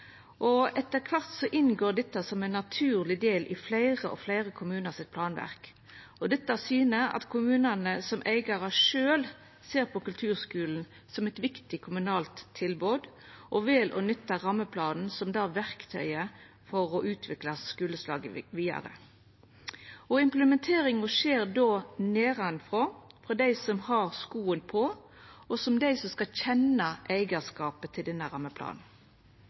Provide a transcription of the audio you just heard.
Etter kvart inngår dette som ein naturleg del av planverket til fleire og fleire kommunar. Dette syner at kommunane som eigarar sjølve ser på kulturskulen som eit viktig kommunalt tilbod, og vel å nytta rammeplanen som verktøy for å utvikla skuleslaget vidare. Implementeringa skjer nedanfrå, hjå dei som har skoen på, og som er dei som skal kjenna eigarskap til denne rammeplanen.